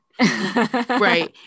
Right